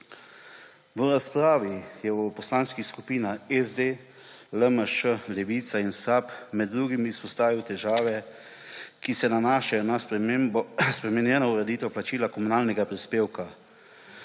V razpravi so v poslanskih skupinah SD, LMŠ, Levica in SAB med drugim izpostavili težave, ki se nanašajo na spremenjeno ureditev plačila komunalnega prispevka